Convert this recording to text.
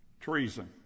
Treason